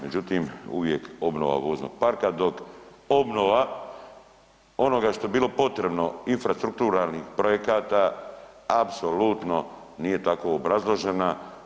Međutim, uvijek obnova voznog parka dok obnova onoga što je bilo potrebno infrastrukturnih projekata apsolutno nije tako obrazložena.